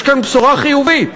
יש כאן בשורה חיובית,